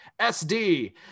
SD